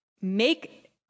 make